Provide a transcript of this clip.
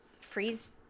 freeze